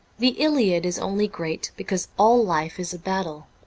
the iliad is only great because all life is a battle,